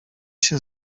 się